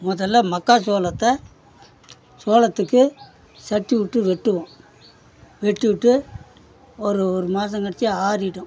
முதல்ல மக்கா சோளத்தை சோளத்துக்கு சத்து விட்டு வெட்டுவோம் வெட்டிவிட்டு ஒரு ஒரு மாதம் கழிச்சி ஆறிடும்